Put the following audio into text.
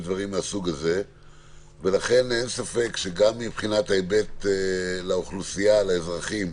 אין ספק שזה טוב לאוכלוסייה, לאזרחים.